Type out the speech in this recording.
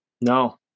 No